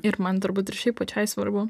ir man turbūt ir šiaip pačiai svarbu